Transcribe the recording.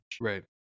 Right